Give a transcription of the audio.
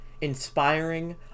inspiring